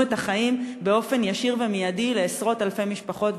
את החיים באופן ישיר ומיידי לעשרות-אלפי משפחות,